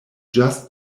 just